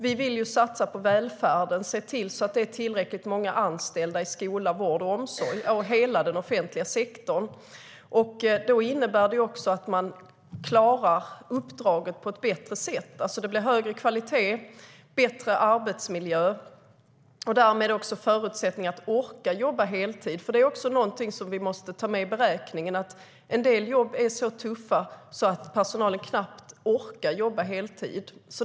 Vi vill satsa på välfärden och se till att det är tillräckligt många anställda i skola, vård och omsorg och i hela den offentliga sektorn. Det innebär också att man klarar uppdraget på ett bättre sätt, så att det blir högre kvalitet, bättre arbetsmiljö och därmed också förutsättningar att orka jobba heltid. Vi måste också ta med i beräkningen att en del jobb är så tuffa att personalen knappt orkar jobba heltid.